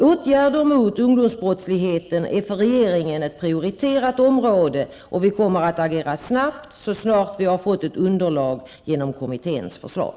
Åtgärder mot ungdomsbrottsligheten är för regeringen ett prioriterat område, och vi kommer att agera snabbt så snart vi har fått ett underlag genom kommitténs förslag.